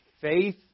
faith